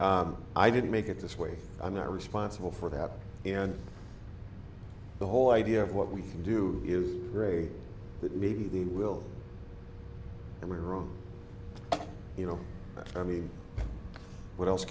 us i didn't make it this way i'm not responsible for that and the whole idea of what we can do is pray that maybe they will and we're wrong you know i mean what else